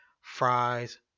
fries